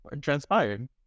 transpired